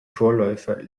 vorläufer